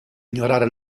ignorare